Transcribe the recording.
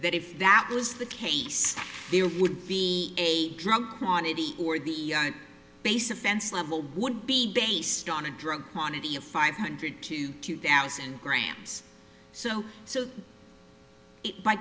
that if that was the case there would be a drug quantity or the base offense level would be based on a drug quantity of five hundred to two thousand grams so so by